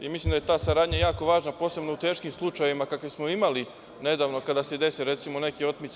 Mislim da je ta saradnja jako važna, posebno u teškim slučajevima kakve smo imali nedavno, kada se dese, recimo, neke otmice.